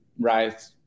right